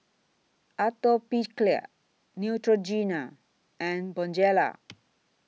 Atopiclair Neutrogena and Bonjela